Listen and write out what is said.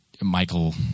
Michael